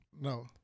No